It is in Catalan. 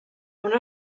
una